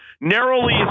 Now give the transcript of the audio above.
narrowly